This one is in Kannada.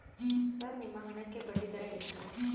ಸರ್ ನಿಮ್ಮ ಹಣಕ್ಕೆ ಬಡ್ಡಿದರ ಎಷ್ಟು?